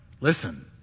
Listen